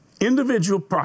individual